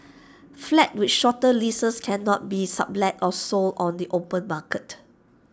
flats with shorter leases cannot be sublet or sold on the open market